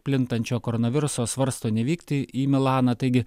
plintančio koronaviruso svarsto nevykti į milaną taigi